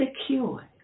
secure